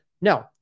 No